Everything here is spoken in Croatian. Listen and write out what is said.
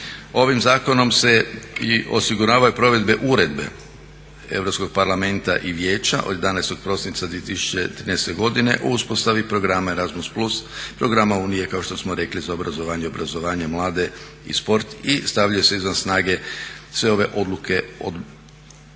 Ovim zakonom se i osiguravaju provedbe Uredbe Europskog parlamenta i Vijeća od 11. prosinca 2013. godine o uspostavi programa Erasmus+ programa unije kao što smo rekli za obrazovanje i obrazovanje mlade i sport i stavljaju se izvan snage sve ove odluke ispred